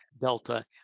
delta